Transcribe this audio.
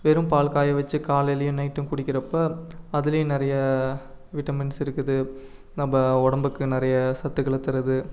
வெறும் பால் காய வச்சு காலையிலேயும் நைட்டும் குடிக்கிறப்போ அதுலேயும் நிறையா விட்டமின்ஸ் இருக்குது நம்ம உடம்புக்கு நிறைய சத்துக்களை தருது